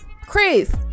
Chris